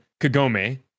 Kagome